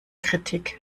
kritik